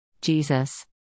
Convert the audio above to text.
Jesus